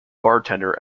bartender